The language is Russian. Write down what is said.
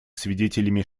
свидетелями